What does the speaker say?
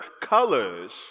colors